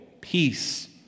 peace